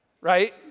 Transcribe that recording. right